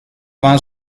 war